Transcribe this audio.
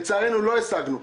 לצערנו לא השגנו.